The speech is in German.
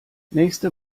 nächste